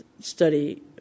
study